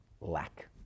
lack